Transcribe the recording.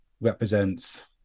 represents